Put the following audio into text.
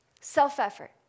Self-effort